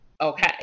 okay